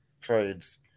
trades